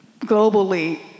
globally